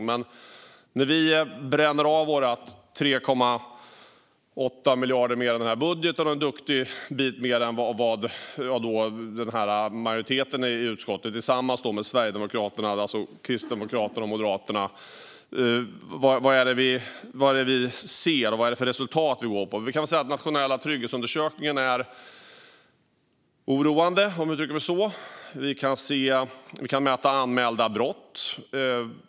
Vad ser vi och vilket resultatet blir när vi i vårt budgetförslag bränner av 3,8 miljarder mer än som anges i utskottets förslag och ytterligare en duktig bit än vad majoriteten i utskottet, det vill säga Sverigedemokraterna tillsammans med Kristdemokraterna och Moderaterna, gör? Den nationella trygghetsundersökningen är oroande, om jag får uttrycka mig så. Man kan mäta antalet anmälda brott.